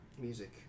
music